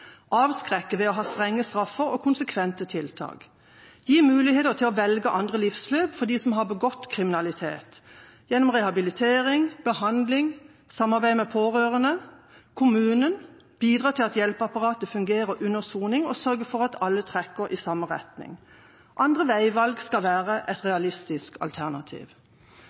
Avskrekke ved å ha strenge straffer og konsekvente tiltak Gi muligheter til å velge andre livsløp for dem som har begått kriminalitet – gjennom rehabilitering, behandling, samarbeid med pårørende og kommunen Bidra til at hjelpeapparatet fungerer under soning, og sørge for at alle trekker i samme retning – andre veivalg skal være et realistisk alternativ